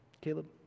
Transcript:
Caleb